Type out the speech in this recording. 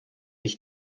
ich